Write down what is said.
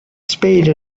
spade